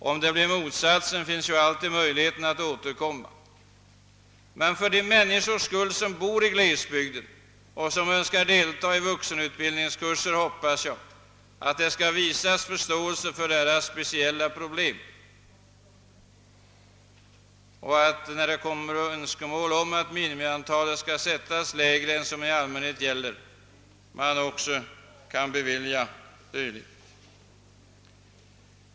Om det blir motsatsen, så finns ju alltid möjligheten att återkomma. Men för de människors skull som bor i glesbygder och som önskar delta i vuxenutbildningskurser hoppas jag att det skall visas förståelse för deras speciella problem och att önskemål om att minimiantalet skall sättas lägre än det som i allmänhet gäller, nämligen 12, skall tillmötesgås.